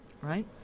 right